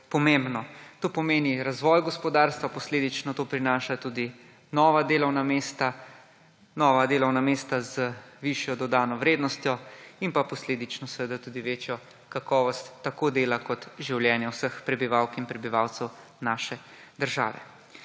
To pomeni razvoj gospodarstva, posledično to prinaša tudi nova delovna mesta, nova delovna mesta z višjo dodano vrednostjo in pa posledično tudi večjo kakovost tako dela kot življenja vseh prebivalk in prebivalcev naše države.